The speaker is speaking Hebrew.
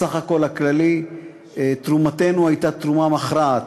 בסך הכול הכללי, תרומתנו הייתה תרומה מכרעת,